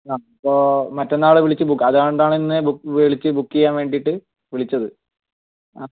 അപ്പോൾ മറ്റന്നാൾ വിളിച്ച് ബുക്ക് അതുകൊണ്ടാണ് ഇന്ന് വിളിച്ച് ബുക്ക് ചെയ്യാൻ വേണ്ടിയിട്ട് വിളിച്ചത്